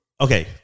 Okay